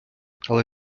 але